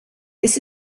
this